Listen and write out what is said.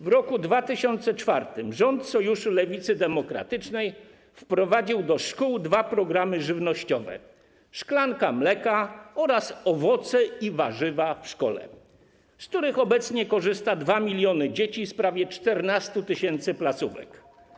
W roku 2004 rząd Sojuszu Lewicy Demokratycznej wprowadził do szkół dwa programy żywnościowe, „Szklanka mleka” oraz „Owoce i warzywa w szkole”, z których obecnie korzysta 2 mln dzieci z prawie 14 tys. placówek.